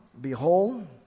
Behold